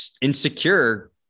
insecure